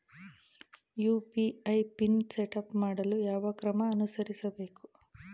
UPI PIN setup ಮಾಡಲು ಯಾವ ಕ್ರಮ ಅನುಸರಿಸಬೇಕು?